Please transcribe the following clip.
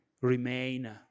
remain